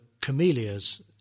camellias